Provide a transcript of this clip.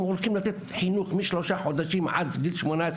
אם הולכים לתת חינוך משלושה חודשים עד גיל 18,